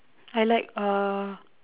I like uh